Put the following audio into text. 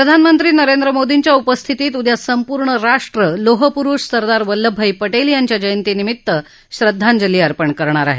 प्रधानमंत्री नरेंद्र मोदींच्या उपस्थितीत उद्या संपूर्ण राष्ट्र लोहपुरुष सरदार वल्लभभाई पटेल यांच्या जयंतीनिमित्त श्रद्वांजली अर्पण करतील